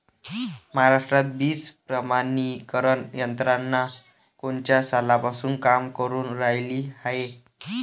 महाराष्ट्रात बीज प्रमानीकरण यंत्रना कोनच्या सालापासून काम करुन रायली हाये?